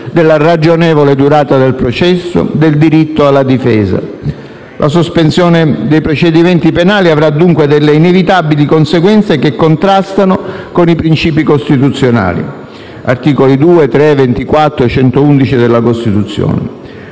della ragionevole durata del processo, del diritto alla difesa. La sospensione dei procedimenti penali avrà dunque delle inevitabili conseguenze che contrastano con i princìpi costituzionali (articoli 2, 3, 24 e 111 della Costituzione).